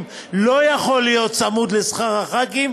לא יכול להיות צמוד לשכר חברי הכנסת?